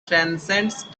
transcend